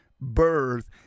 birth